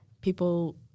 people